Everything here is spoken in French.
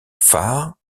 phares